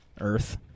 Earth